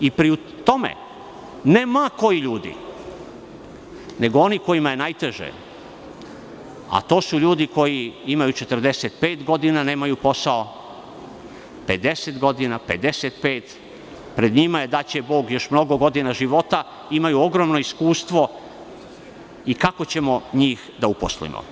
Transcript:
Pri tome, ne ma koji ljudi nego oni kojima je najteže, a to su ljudi koji imaju 45 godina, nemaju posao, 50 godina, 55 godina i pred njima je daće bog još mnogo godina života, imaju ogromno iskustvo i kako ćemo njih da uposlimo?